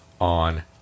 on